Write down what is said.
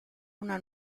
una